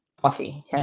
coffee